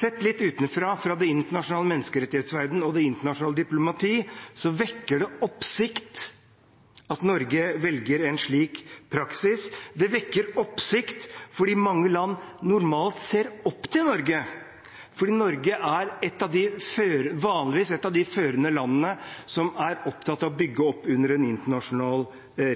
Sett litt utenfra, fra den internasjonale menneskerettighetsverdenen og det internasjonale diplomatiet, vekker det oppsikt at Norge velger en slik praksis. Det vekker oppsikt fordi mange land normalt ser opp til Norge, for Norge er vanligvis et av de førende landene som er opptatt av å bygge opp under en internasjonal